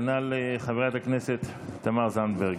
כנ"ל חברת הכנסת תמר זנדברג.